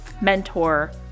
mentor